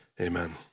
Amen